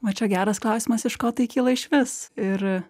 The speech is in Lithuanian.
va čia geras klausimas iš ko tai kyla išvis ir